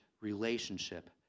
relationship